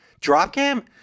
Dropcam